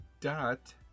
Dot